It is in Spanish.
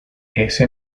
ese